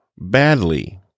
badly